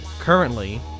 currently